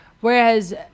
Whereas